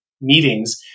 meetings